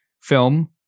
film